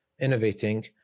innovating